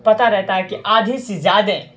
پتہ رہتا ہے کہ آدھی سے زیادہ